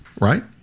right